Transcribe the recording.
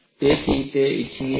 તેથી તે ઇચ્છનીય નથી